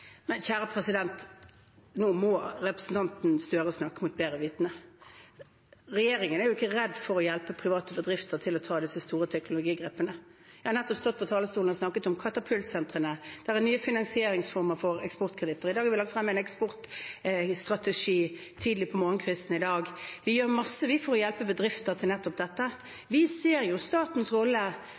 Nå må representanten Gahr Støre snakke mot bedre vitende. Regjeringen er ikke redd for å hjelpe private bedrifter til å ta disse store teknologigrepene. Jeg har nettopp stått på talerstolen og snakket om katapultsentrene. Det er nye finansieringsformer for eksportkreditt. Vi la frem en eksportstrategi tidlig på morgenkvisten i dag. Vi gjør masse for å hjelpe bedrifter til nettopp dette. Vi ser jo statens rolle,